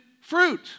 fruit